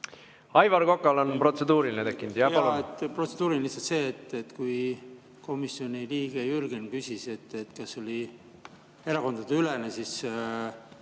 Aivar Kokal on protseduuriline tekkinud.